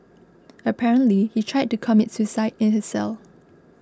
apparently he tried to commit suicide in his cell